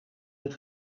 een